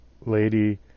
Lady